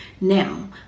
Now